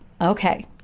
Okay